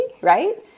right